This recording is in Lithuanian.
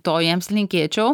to jiems linkėčiau